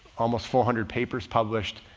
almost four hundred papers published,